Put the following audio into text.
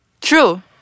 True